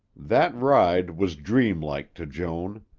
that ride was dreamlike to joan.